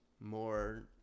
more